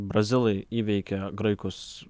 brazilai įveikė graikus